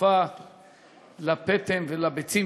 העדפה לפטם ולביצים,